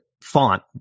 font